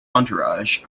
entourage